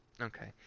okay